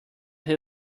his